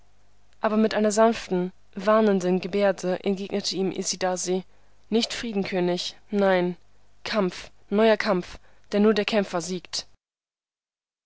aber mit einer sanften warnenden gebärde entgegnete ihm isidasi nicht frieden könig nein kampf neuer kampf denn nur der kämpfer siegt